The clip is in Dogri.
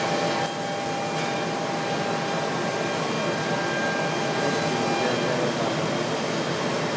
चलो ठीक ऐ लेआयो कल फ्ही